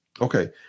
Okay